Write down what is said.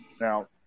Now